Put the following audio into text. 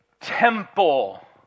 temple